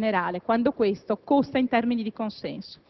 ed incapace di fare le riforme nell'interesse generale quando questo costa in termini di consenso.